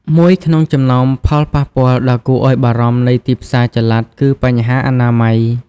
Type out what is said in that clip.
មួយក្នុងចំណោមផលប៉ះពាល់ដ៏គួរឲ្យបារម្ភនៃទីផ្សារចល័ត គឺបញ្ហាអនាម័យ។